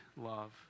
love